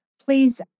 please